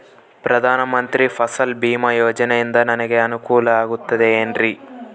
ಪ್ರಧಾನ ಮಂತ್ರಿ ಫಸಲ್ ಭೇಮಾ ಯೋಜನೆಯಿಂದ ನನಗೆ ಅನುಕೂಲ ಆಗುತ್ತದೆ ಎನ್ರಿ?